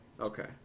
Okay